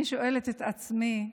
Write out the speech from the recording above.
אני שואלת את עצמי,